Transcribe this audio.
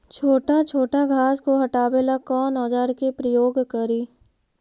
छोटा छोटा घास को हटाबे ला कौन औजार के प्रयोग करि?